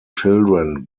children